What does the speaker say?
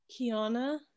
kiana